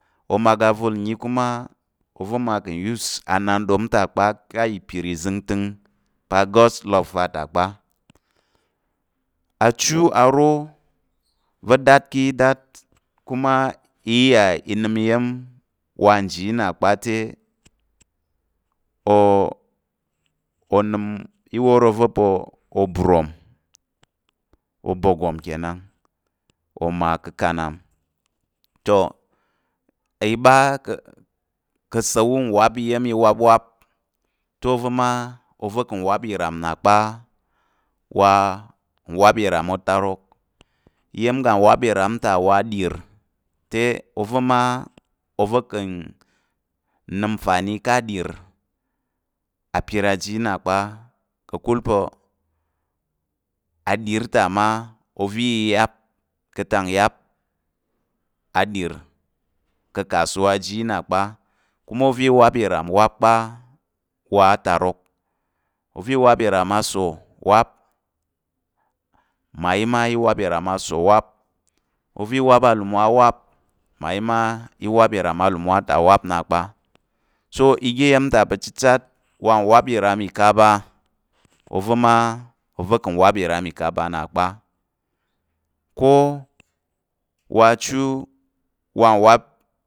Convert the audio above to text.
Omwagamvul nnyi kuma oma ka̱ use anandom ta kpa ka̱ ìpir ìzəngtəng pa̱ god's loves va ta kpa, achu aro va̱ da̱t ká̱ yi da̱t kuma iya ì əm iya̱m wa nji yi na kpa te, onəm i wor ova̱ pa̱ oborom, obokom kenan oma ka̱ akanam, toh i ɓa ka̱ asa̱l- wu n wap iya̱m iwap wap te ova̱ ma ova̱ ka̱ wap ìram na kpa wa nwap ìram otarok, iya̱m iga nwap ìram ta wa aɗir te ova̱ ma ova̱ ka̱ nəm nfani ká̱ aɗir apir aji yi na kpa ka̱kul pa̱ aɗir ta mma ova̱ i yiyap ka̱ nyap aɗir ka̱ aksuwa aji yi nna kpa kuma ova̱ i wap ìram wap kpa wa atarok. ova i wap ìram aso wap, mmayi ma i wap ìram aso wap, ova̱ wap alemwa wap mmayi, ma yi ma i wap ìram alemwa ta wap nna kpa so oga iya̱m pa̱ chichat wa nwap ìram ikaba, ova̱ ma ova̱ ka̱ nwap ìram ìkaba nna kpa, ko wa chu, wa nwap